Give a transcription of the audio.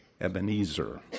Ebenezer